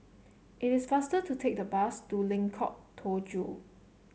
it is faster to take the bus to Lengkok Tujoh